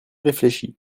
réfléchi